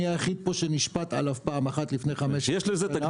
אני היחיד פה שנשפט עליו פעם אחת לפני חמש שנים ויש תקדים